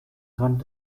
rand